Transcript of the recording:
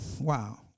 Wow